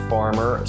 Farmer